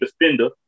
defender